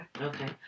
Okay